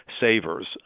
savers